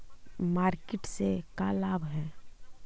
Market से का लाभ है?